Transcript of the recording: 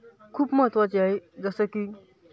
खूप महत्त्वाचे आहे जसं की